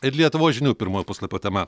ir lietuvos žinių pirmojo puslapio tema